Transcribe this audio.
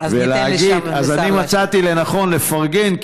ולהגיב אז אני מצאתי לנכון לפרגן,